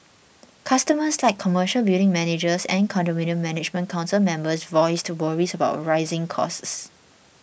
customers like commercial building managers and condominium management council members voiced to worries about rising costs